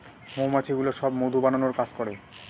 মৌমাছিগুলো সব মধু বানানোর কাজ করে